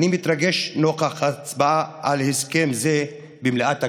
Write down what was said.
אני מתרגש נוכח ההצבעה על הסכם זה במליאת הכנסת.